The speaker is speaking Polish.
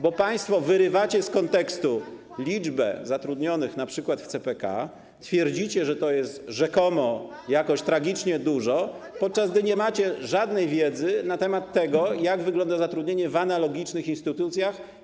Bo państwo wyrywacie z kontekstu liczbę zatrudnionych np. w CPK, twierdzicie, że to jest rzekomo jakoś tragicznie dużo, podczas gdy nie macie żadnej wiedzy na temat tego, jak wygląda zatrudnienie w analogicznych instytucjach.